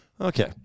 Okay